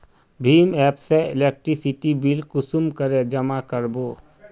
भीम app से electricity bill कुंसम करे जमा कर बो?